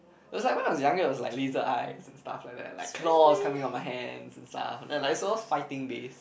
it was like when I was younger it was like laser eyes and stuffs like that like claws coming out of my hands and stuff like it's all fighting base